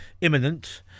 imminent